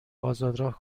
آزادراه